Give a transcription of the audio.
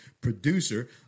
producer